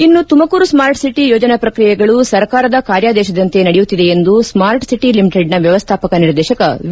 ಇನ್ನು ತುಮಕೂರು ಸ್ನಾರ್ಟ್ಸಿಟಿ ಯೋಜನಾ ಪ್ರಕ್ರಿಯೆಗಳು ಸರ್ಕಾರದ ಕಾರ್ಯಾದೇಶದಂತೆ ನಡೆಯುತ್ತಿದೆ ಎಂದು ಸ್ನಾರ್ಟ್ ಸಿಟಿ ಲಿಮಿಟೆಡ್ನ ವ್ಯವಸ್ಥಾಪಕ ನಿರ್ದೇಶಕ ವಿ